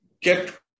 kept